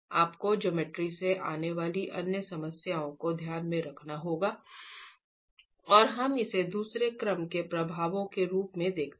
आपको ज्योमेट्री से आने वाली अन्य समस्याओं को ध्यान में रखना होगा और हम इसे दूसरे क्रम के प्रभावों के रूप में देखते हैं